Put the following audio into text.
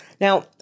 Now